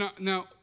now